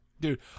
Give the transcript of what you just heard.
Dude